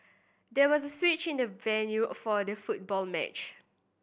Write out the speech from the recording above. there was a switch in the venue for the football match